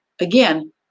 Again